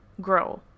grow